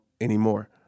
anymore